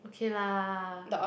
okay lah